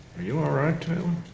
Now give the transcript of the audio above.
are you alright, um